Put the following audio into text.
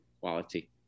quality